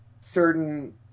certain